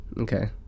Okay